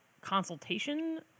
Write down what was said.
consultation